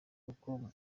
kuko